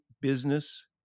business